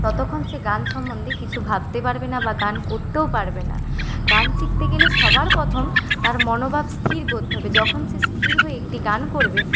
ততখন সে গান সম্বন্ধে কিছু ভাবতে পারবে না বা গান করতেও পারবে না গান শিখতে গেলে সবার প্রথম তার মনোভাব স্থির করতে হবে যখন সে স্থির হয়ে একটি গান করবে